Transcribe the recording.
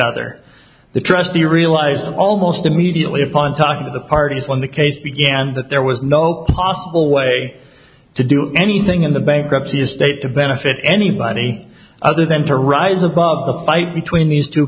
other the trustee realized almost immediately upon talking to the parties when the case began that there was no possible way to do anything in the bankruptcy estate to benefit any bunny other than to rise above the fight between these two